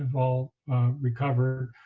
all recovered,